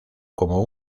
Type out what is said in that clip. como